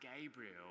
Gabriel